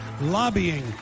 lobbying